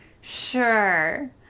Sure